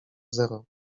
zero